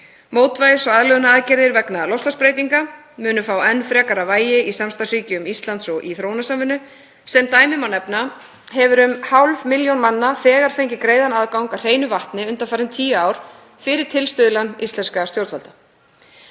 Mótvægis- og aðlögunaraðgerðir vegna loftslagsbreytinga munu fá enn frekara vægi í samstarfsríkjum Íslands í þróunarsamvinnu. Sem dæmi má nefna að um hálf milljón manna hefur þegar fengið greiðan aðgang að hreinu vatni undanfarin tíu ár fyrir tilstuðlan íslenskra stjórnvalda.